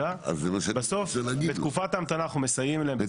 בסוף בתקופת ההמתנה אנחנו מסייעים להם.